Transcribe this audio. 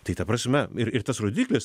tai ta prasme ir ir tas rodiklis